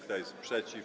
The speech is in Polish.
Kto jest przeciw?